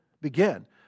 begin